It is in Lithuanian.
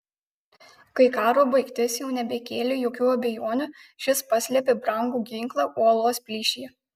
kai karo baigtis jau nebekėlė jokių abejonių šis paslėpė brangų ginklą uolos plyšyje